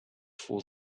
for